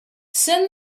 send